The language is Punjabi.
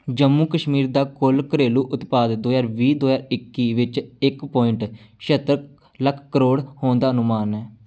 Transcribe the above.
ਜੰਮੂ ਕਸ਼ਮੀਰ ਦਾ ਕੁੱਲ ਘਰੇਲੂ ਉਤਪਾਦ ਦੋ ਹਜ਼ਾਰ ਵੀਹ ਦੋ ਹਜ਼ਾਰ ਇੱਕੀ ਵਿੱਚ ਇੱਕ ਪੁਆਇੰਟ ਛਿਹੱਤਰ ਲੱਖ ਕਰੋੜ ਹੋਣ ਦਾ ਅਨੁਮਾਨ ਹੈ